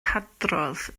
hadrodd